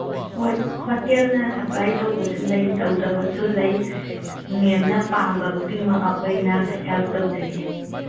ꯍꯣꯏ ꯍꯣꯇꯦꯜꯅ ꯁꯄ꯭ꯂꯥꯏ ꯇꯧꯕꯁꯨ ꯂꯩ ꯇꯧꯗꯕꯁꯨ ꯂꯩ ꯃꯦꯝꯅ ꯄꯥꯝꯕ ꯈꯨꯗꯤꯡꯃꯛ ꯑꯩꯈꯣꯏꯅ ꯍꯦꯜꯞ ꯇꯧꯖꯒꯦ